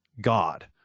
God